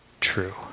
true